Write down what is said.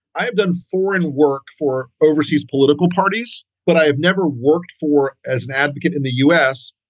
i've done foreign work for overseas political parties, but i've never worked for as an advocate in the us.